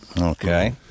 Okay